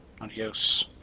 Adios